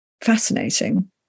fascinating